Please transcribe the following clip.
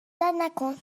نکن